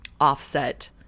offset